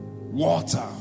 water